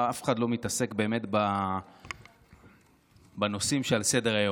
הרי אף אחד לא מתעסק באמת בנושאים שעל סדר-היום.